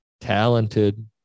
talented